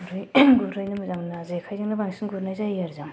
ओमफ्राय गुरहैनो मोजां मोनो जेखायजोंनो बांसिन गुरहैनाय जायो आरो जों